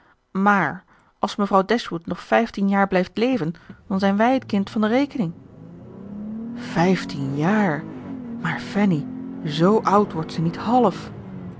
ineens mààr als mevrouw dashwood nog vijftien jaar blijft leven dan zijn wij t kind van de rekening vijftien jaar maar fanny z oud wordt ze niet half